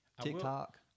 TikTok